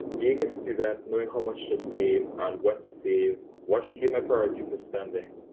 being a student, knowing how much to save, and what to save. what should be my priority for spending.